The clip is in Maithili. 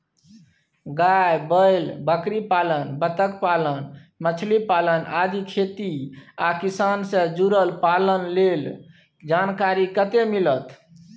गाय, बैल, बकरीपालन, बत्तखपालन, मछलीपालन आदि खेती आ किसान से जुरल पालन लेल जानकारी कत्ते मिलत?